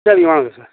சரிங்க வாங்க சார்